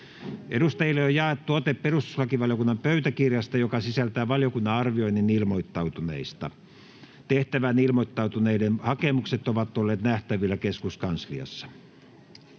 Edustajille on jaettu ote perustuslakivaliokunnan pöytäkirjasta, joka sisältää valiokunnan arvioinnin ilmoittautuneista. Tehtävään ilmoittautuneiden hakemukset ovat olleet nähtävillä keskuskansliassa.